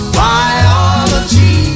biology